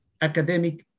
academic